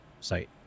site